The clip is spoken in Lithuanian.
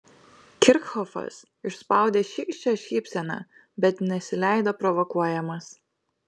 kirchhofas išspaudė šykščią šypseną bet nesileido provokuojamas